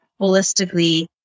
holistically